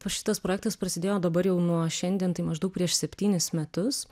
šitas projektas prasidėjo dabar jau nuo šiandien tai maždaug prieš septynis metus